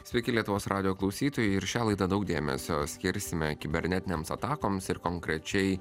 sveiki lietuvos radijo klausytojai ir šią laidą daug dėmesio skirsime kibernetinėms atakoms ir konkrečiai